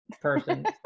person